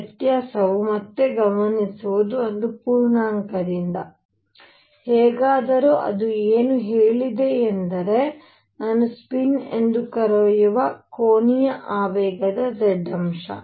ಈ ವ್ಯತ್ಯಾಸವು ಮತ್ತೆ ಗಮನಿಸುವುದು ಒಂದು ಪೂರ್ಣಾಂಕದಿಂದ ಹೇಗಾದರೂ ಅದು ಏನು ಹೇಳಿದೆ ಎಂದರೆ ನಾನು ಸ್ಪಿನ್ ಎಂದು ಕರೆಯುವ ಕೋನೀಯ ಆವೇಗದ z ಅಂಶ